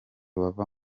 bava